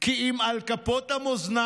כי אם על כפות המאזניים